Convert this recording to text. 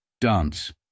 Dance